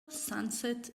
sunset